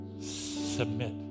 submit